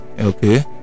Okay